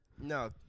No